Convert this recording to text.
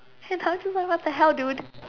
and then I was like what the hell dude